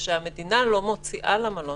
שהמדינה לא מוציאה למלון.